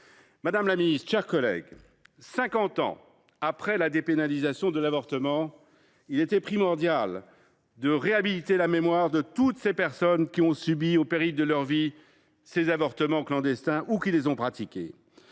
Madame la ministre, mes chers collègues, cinquante ans après la dépénalisation de l’avortement, il est primordial de réhabiliter la mémoire de toutes ces personnes qui ont subi, souvent au péril de leur vie, des avortements clandestins, ou qui les ont pratiqués.